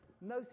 no